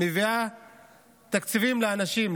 מביאה תקציבים לאנשים,